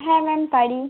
হ্যাঁ ম্যাম পারি